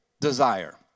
desire